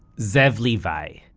zev levi